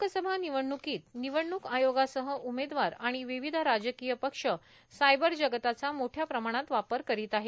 लोकसभा निवडणूकीत निवडणूक आयोगासह उमेदवार आणि विविधराजकीय पक्ष सायबर जगताचा मोठ्या प्रमाणात वापर करीत आहेत